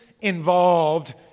involved